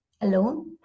alone